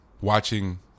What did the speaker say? watching